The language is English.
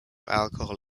alcohol